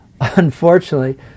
Unfortunately